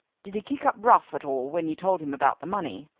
did he kick up rough at all when you told him about the money?